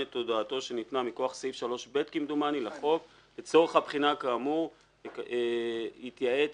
לצורך הבחינה כאמור התייעץ שר הביטחון עם הגורמים המקצועיים במשרדו,